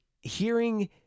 hearing